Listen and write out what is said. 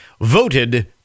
voted